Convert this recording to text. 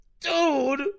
Dude